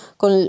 con